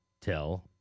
tell